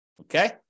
Okay